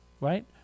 right